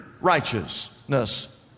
righteousness